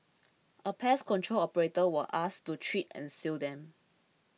a pest control operator was asked to treat and seal them